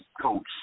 coach